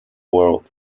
world